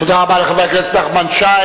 תודה רבה לחבר הכנסת נחמן שי.